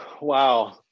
Wow